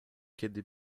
kiedy